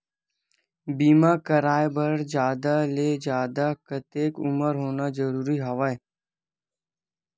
बीमा कराय बर जादा ले जादा कतेक उमर होना जरूरी हवय?